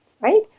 right